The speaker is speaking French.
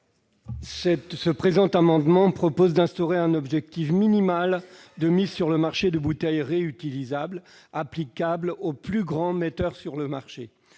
le présent amendement vise à instaurer un objectif minimal de mise sur le marché de bouteilles réutilisables applicable aux plus grands metteurs sur le marché.